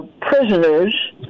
prisoners